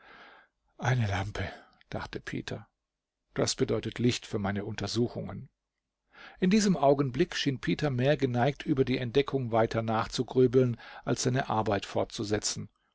eine lampe dachte peter das bedeutet licht für meine untersuchungen in diesem augenblick schien peter mehr geneigt über die entdeckung weiter nachzugrübeln als seine arbeit fortzusetzen